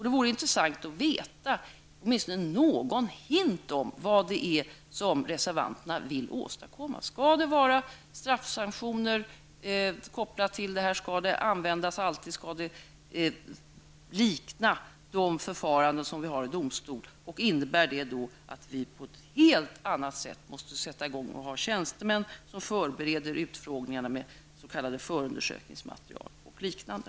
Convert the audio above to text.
Det vore intressant att veta åtminstone någonting om vad det är reservanterna vill åstadkomma. Skall det vara straffsanktioner kopplade till det här? Skall det alltid användas? Skall det likna de förfaranden som vi har i domstol? Innebär det att vi på ett helt annat sätt måste ha tjänstemän som förbereder utfrågningarna med s.k. förundersökningsmaterial och liknande?